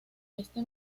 este